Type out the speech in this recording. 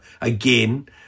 Again